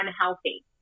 unhealthy